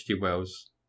Wells